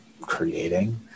creating